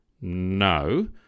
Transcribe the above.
no